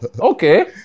okay